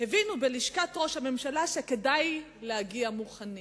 הבינו בלשכת ראש הממשלה שכדאי להגיע מוכנים.